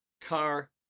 car